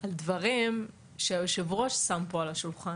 על דברים שהיושב-ראש שם פה על השולחן,